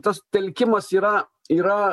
tas telkimas yra yra